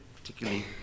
particularly